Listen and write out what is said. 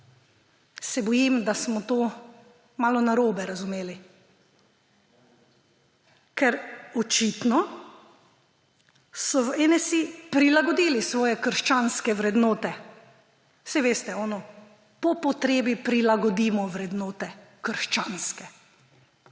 se bojim, da smo to malo narobe razumeli, ker so očitno v NSi prilagodili svoje krščanske vrednote. Saj veste, tisto – po potrebi prilagodimo krščanske